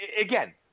again